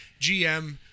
GM